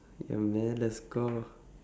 ya man let's go